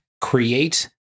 create